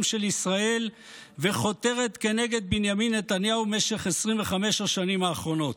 של ישראל וחותרת כנגד בנימין נתניהו במשך 25 השנים האחרונות.